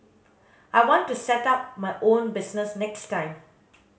I want to set up my own business next time